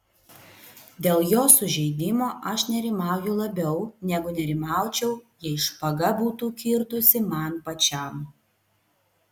dėl jo sužeidimo aš nerimauju labiau negu nerimaučiau jei špaga būtų kirtusi man pačiam